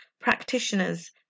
practitioners